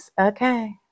Okay